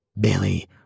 Bailey